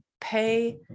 pay